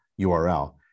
URL